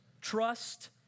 Trust